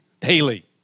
daily